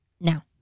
now